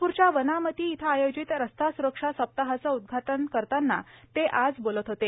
नागपूरच्या वनामती इथं आयोजित रस्ता सुरक्षा सप्ताहाचे उद्घाटन करताना ते आज बोलत होते